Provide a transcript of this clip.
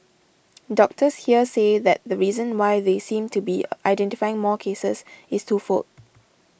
doctors here say that the reason why they seem to be identifying more cases is twofold